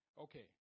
Okay